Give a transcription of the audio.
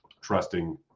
trusting